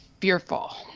fearful